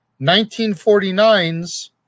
1949's